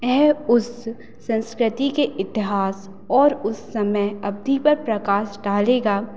वह उस संस्कृति के इतिहास और उस समय अवधि पर प्रकाश डालेगा